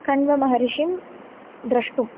कण्महर्षिं द्रष्टुम्